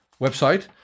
website